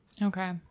Okay